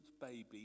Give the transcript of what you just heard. baby